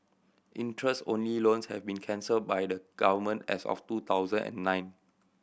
interest only loans have been cancelled by the Government as of two thousand and nine